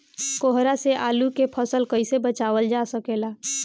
कोहरा से आलू के फसल कईसे बचावल जा सकेला?